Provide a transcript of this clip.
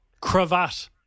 Cravat